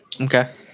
Okay